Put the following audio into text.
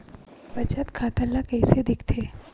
बचत खाता ला कइसे दिखथे?